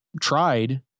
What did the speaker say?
tried